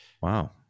Wow